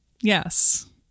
Yes